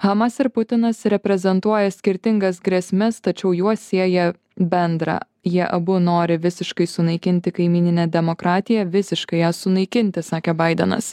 hamas ir putinas reprezentuoja skirtingas grėsmes tačiau juos sieja bendra jie abu nori visiškai sunaikinti kaimyninę demokratiją visiškai ją sunaikinti sakė baidenas